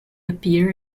appear